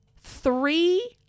three